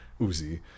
Uzi